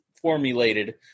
formulated